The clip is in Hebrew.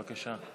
בבקשה.